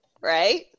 right